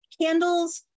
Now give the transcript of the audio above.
candles